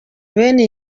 bene